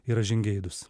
yra žingeidūs